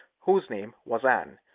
whose name was anne.